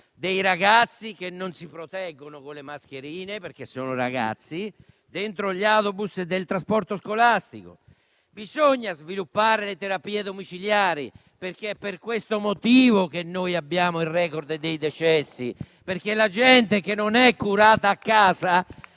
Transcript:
dei ragazzi (che non si proteggono con le mascherine, perché sono ragazzi) dentro gli autobus del trasporto scolastico; sviluppare le terapie domiciliari, perché è per questo motivo che abbiamo il *record* dei decessi. La gente che non viene curata a casa,